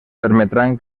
permetran